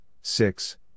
six